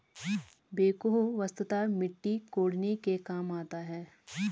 backhoe वस्तुतः मिट्टी कोड़ने के काम आता है